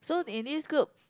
so in this group